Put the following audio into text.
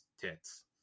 tits